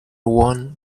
won